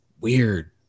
weird